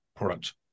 product